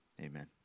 Amen